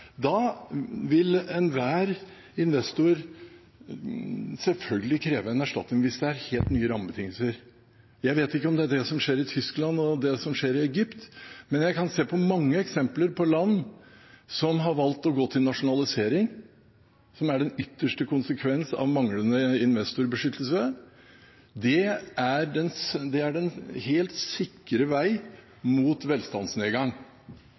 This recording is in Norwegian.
vil enhver investor selvfølgelig kreve en erstatning. Jeg vet ikke om det er det som skjer i Tyskland, og det som skjer i Egypt, men det er mange eksempler på land som har valgt å gå til nasjonalisering, som er den ytterste konsekvens av manglende investorbeskyttelse, og det er den helt sikre vei mot velstandsnedgang.